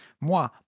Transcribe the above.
moi